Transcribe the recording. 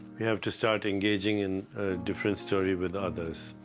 we have to start engaging and a different story with others.